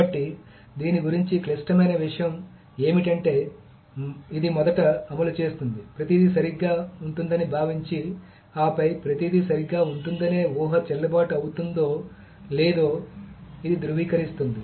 కాబట్టి దీని గురించి క్లిష్టమైన విషయం ఏమిటంటే ఇది మొదట అమలు చేస్తుంది ప్రతిదీ సరిగ్గా ఉంటుందని భావించి ఆపై ప్రతిదీ సరిగ్గా ఉంటుందనే ఊహ చెల్లుబాటు అవుతుందో లేదో ఇది ధృవీకరిస్తుంది